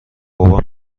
بابام